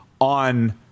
on